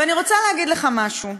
ואני רוצה להגיד לך משהו: